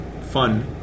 fun